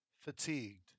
fatigued